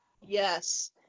Yes